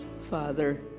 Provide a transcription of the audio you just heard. father